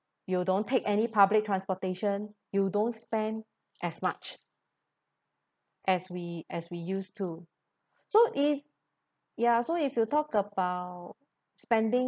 you don't take any public transportation you don't spend as much as we as we used to so if ya so if you talk about spending